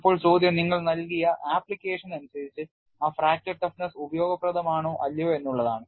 ഇപ്പോൾ ചോദ്യം നിങ്ങൾ നൽകിയ ആപ്ലിക്കേഷൻ അനുസരിച്ചു ആ ഫ്രാക്ചർ ടഫ്നെസ് ഉപയോഗപ്രദമാണോ അല്ലയോ എന്നുള്ളതാണ്